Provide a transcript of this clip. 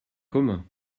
commun